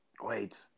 Wait